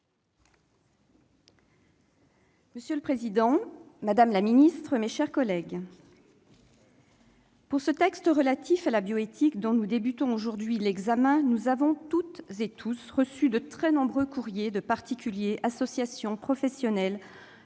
monsieur le secrétaire d'État, mes chers collègues, pour ce texte relatif à la bioéthique, dont nous engageons aujourd'hui l'examen, nous avons toutes et tous reçu de très nombreux courriers de particuliers, d'associations et de professionnels,